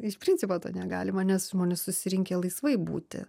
iš principo to negalima nes žmonės susirinkę laisvai būti